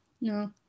no